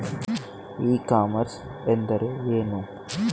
E commerce ಎಂದರೆ ಏನು?